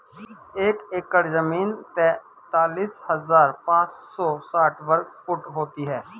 एक एकड़ जमीन तैंतालीस हजार पांच सौ साठ वर्ग फुट होती है